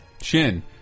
Shin